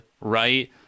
right